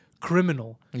criminal